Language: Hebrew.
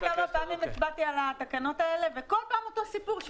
אתה יודע כמה פעמים הצבעתי על התקנות האלה וכל פעם אותו סיפור?